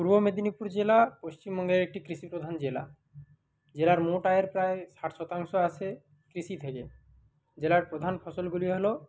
পূর্ব মেদিনীপুর জেলা পশ্চিমবঙ্গের একটি কৃষি প্রধান জেলা জেলার মোট আয়ের প্রায় ষাট শতাংশ আসে কৃষি থেকে জেলার প্রধান ফসলগুলি হলো